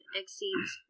exceeds